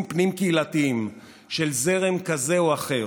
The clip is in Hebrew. פנים-קהילתיים של זרם כזה או אחר,